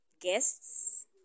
guests